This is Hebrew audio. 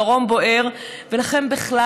הדרום בוער ולכם לא